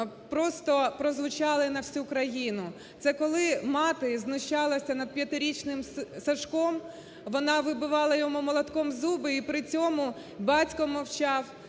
просто прозвучали на всю країну, це коли мати знущалася над п'ятирічним Сашком, вона вибивала йому молотком зуби і при цьому батько мовчав,